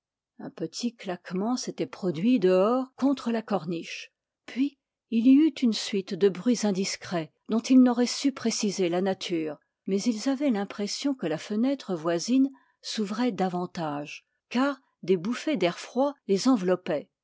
un petit claquement s'était produit dehors contre la corniche puis il y eut une suite de bruits indiscrets dont ils n'auraient su préciser la nature mais ils avaient l'impression que la fenêtre voisine s'ouvrait davantage car des bouffées d'air froid les enveloppaient